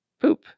Poop